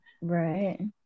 right